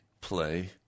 play